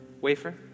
wafer